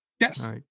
Yes